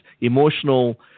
emotional